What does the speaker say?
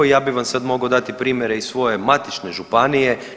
Ja bih vam sad mogao dati primjere iz svoje matične županije.